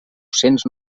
cents